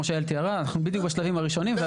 כמו שיעל תיארה, אנחנו בדיוק בשלבים הראשונים.